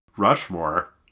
Rushmore